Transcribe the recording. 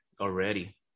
already